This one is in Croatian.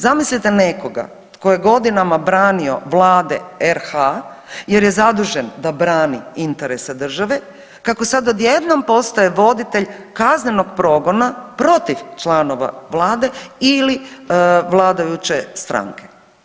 Zamislite nekoga tko je godinama branio Vlade RH jer je zadužen da brani interese države kako sad odjednom postaje voditelj kaznenog progona protiv članova vlade ili vladajuće stranke.